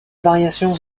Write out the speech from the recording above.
variations